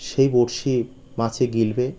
সেই বড়শি মাছে গিলবে